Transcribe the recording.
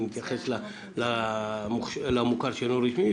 נתייחס למוכר שאינו רשמי,